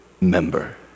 member